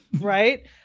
Right